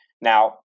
Now